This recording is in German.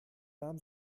nahm